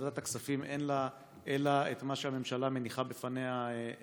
לוועדת הכספים אין אלא את מה שהממשלה מניחה בפניה לאשר.